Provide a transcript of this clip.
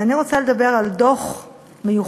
ואני רוצה לדבר על דוח מיוחד,